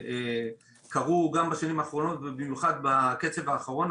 שקרו גם בשנים האחרונות ובמיוחד בקצב האחרון,